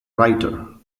writer